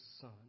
son